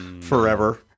Forever